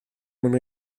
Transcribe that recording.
mwyn